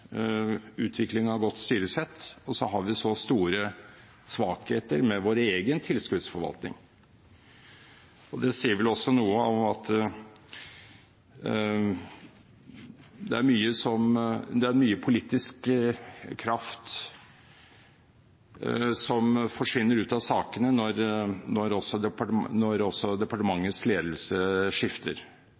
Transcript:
godt styresett, og så har vi så store svakheter ved vår egen tilskuddsforvaltning. Og det sier vel også noe om at det er mye politisk kraft som forsvinner ut av sakene når også departementets ledelse skifter.